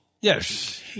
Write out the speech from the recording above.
yes